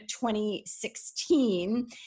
2016